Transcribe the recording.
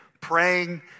praying